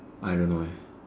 I don't know eh